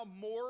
more